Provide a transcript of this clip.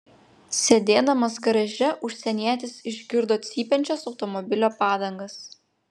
sėdėdamas garaže užsienietis išgirdo cypiančias automobilio padangas